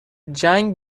جنگ